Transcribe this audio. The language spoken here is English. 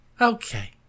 okay